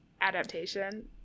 adaptation